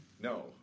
No